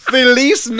Feliz